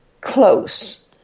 close